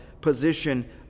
position